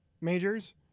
majors